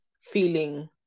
feeling